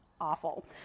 awful